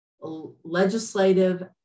legislative